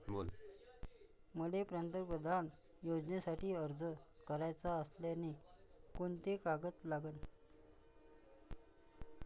मले पंतप्रधान योजनेसाठी अर्ज कराचा असल्याने कोंते कागद लागन?